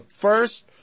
first